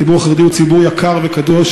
הציבור החרדי הוא ציבור יקר וקדוש,